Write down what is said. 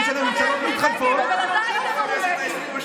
ממשלות מתחלפות, אבל אתה היית נורבגי.